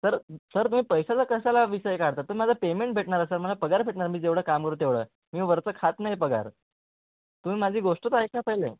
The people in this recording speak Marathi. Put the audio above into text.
सर सर तुम्ही पैसाचा कशाला विषय काढता तुम्हाला पेमेंट भेटणार सर मला पगार भेटणार मी जेवढं काम करतो तेवढं मी वरचं खात नाही पगार तुम्ही माझी गोष्टच ऐका पहिले